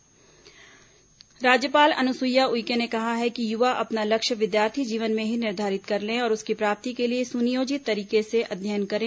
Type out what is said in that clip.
राज्यपाल दीक्षांत समारोह राज्यपाल अनुसुईया उइके ने कहा है कि युवा अपना लक्ष्य विद्यार्थी जीवन में ही निर्धारित कर लें और उसकी प्राप्ति के लिए सुनियोजित तरीके से अध्ययन करें